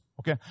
Okay